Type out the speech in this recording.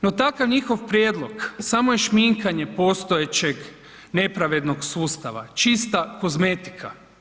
No takav njihov prijedlog samo je šminkanje postojećeg nepravednog sustava, čista kozmetika.